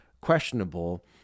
questionable